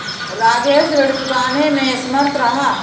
राजेश ऋण चुकाने में असमर्थ रहा